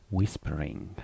Whispering